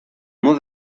mot